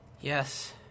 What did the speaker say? Yes